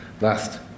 last